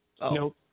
No